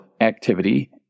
activity